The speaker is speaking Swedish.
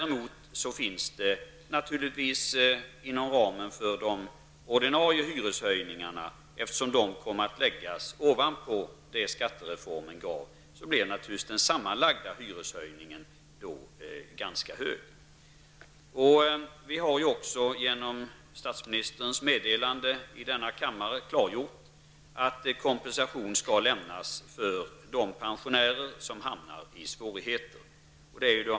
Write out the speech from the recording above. Eftersom de ordinarie hyreshöjningarna kommer att läggas ovanpå det som skattereformen gav, blir naturligtvis den sammanlagda hyreshöjningen ganska stor. Statsministern har ju också i ett meddelande i denna kammare klargjort att kompensation skall lämnas till de pensionärer som råkar i svårigheter.